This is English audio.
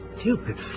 stupid